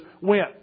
went